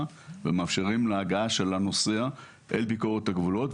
ומאפשרים הגעה של הנוסע את ביקורת הגבולות,